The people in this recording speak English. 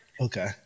Okay